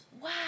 Wow